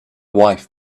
wife